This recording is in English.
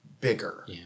bigger